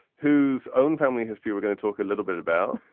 whose own family history we're going to talk a little bit about.